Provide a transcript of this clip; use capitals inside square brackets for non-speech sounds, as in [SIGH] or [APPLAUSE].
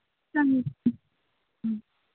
[UNINTELLIGIBLE]